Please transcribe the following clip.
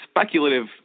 speculative